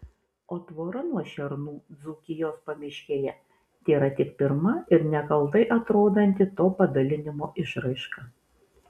o tvora nuo šernų dzūkijos pamiškėje tėra tik pirma ir nekaltai atrodanti to padalinimo išraiška